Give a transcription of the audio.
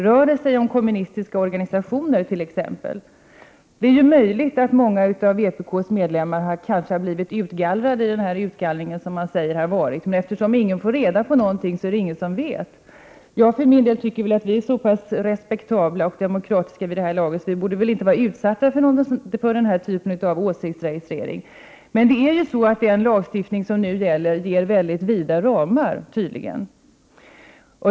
Rör det sig om kommunistiska organisationer t.ex.? Många av vpk:s medlemmar har kanske tagits bort från registren vid den utgallring som man säger har förekommit. Men eftersom ingen får reda på någonting är det ingen som vet något. Jag för min del tycker att vi i vpk är så pass respektabla och demokratiska vid det här laget att vi inte borde vara utsatta för den här typen av åsiktsregistrering. Men den lagstiftning som nu gäller medger, tydligen, väldigt vida ramar.